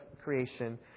creation